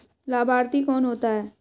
लाभार्थी कौन होता है?